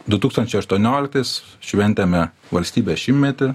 du tūkstančiai aštuonioliktais šventėme valstybės šimtmetį